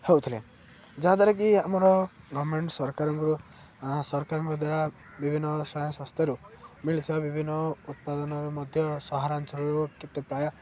ହେଉଥିଲେ ଯାହାଦ୍ୱାରା କି ଆମର ଗଭରମେଣ୍ଟ୍ ସରକାରଙ୍କ ସରକାରଙ୍କ ଦ୍ୱାରା ବିଭିନ୍ନ ସ୍ୱୟଂ ସ୍ୱାସ୍ଥ୍ୟରୁ ମିଳିୁଥିବା ବିଭିନ୍ନ ଉତ୍ପାଦନରେ ମଧ୍ୟ ସହରାଞ୍ଚଳରୁ କେତେ ପ୍ରାୟ